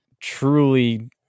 truly